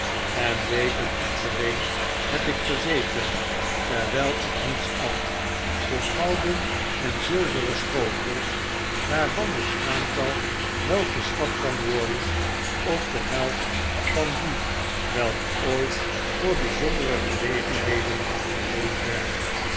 en weken achtereen heb ik gezeten terwylikniets at voor gouden en zilveren schotels waarvan het aantal wel geschat kan worden op de helft van die welke ooit voor bijzondere gelegenheden geleend werden